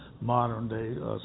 modern-day